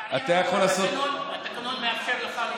לצערי הרב, התקנון מאפשר לך להישאר.